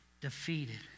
defeated